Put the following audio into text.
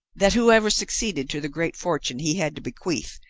that whoever succeeded to the great fortune he had to bequeath,